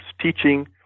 teaching